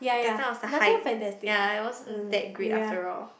the kinds of the hype ya it wasn't that great after all